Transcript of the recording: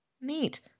Neat